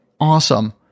awesome